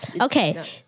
Okay